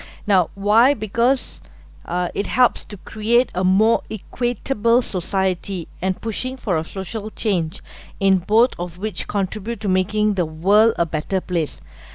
now why because uh it helps to create a more equitable society and pushing for a social change in both of which contribute to making the world a better place